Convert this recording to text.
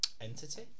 Entity